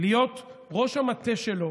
להיות ראש המטה שלו